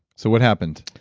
so what happened?